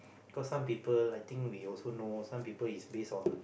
cause some people I think we also know some people is base on